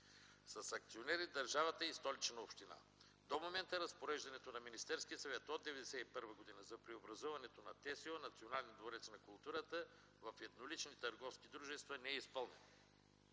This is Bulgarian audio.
с акционери – държавата и Столична община. До момента разпореждането на Министерския съвет от 1991 г. за преобразуването на ДСО „Национален дворец на културата” в еднолични търговски дружества не е изпълнено.